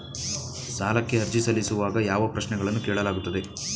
ಸಾಲಕ್ಕೆ ಅರ್ಜಿ ಸಲ್ಲಿಸುವಾಗ ಯಾವ ಪ್ರಶ್ನೆಗಳನ್ನು ಕೇಳಲಾಗುತ್ತದೆ?